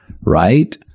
right